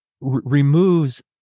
removes